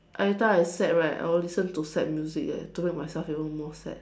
every time I sad right I will listen to sad music eh to take myself even more sad